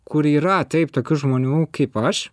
kur yra taip tokių žmonių kaip aš